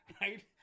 right